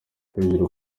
hejuru